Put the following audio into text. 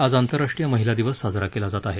आज आंतरराष्ट्रीय महिला दिवस साजरा केला जात आहे